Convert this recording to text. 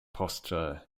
posture